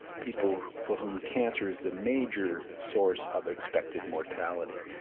people for whom cancer is the major source of expected mortality.